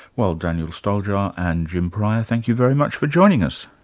well, daniel stoljar, and jim pryor, thank you very much for joining us.